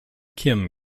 kim